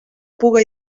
puga